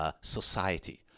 society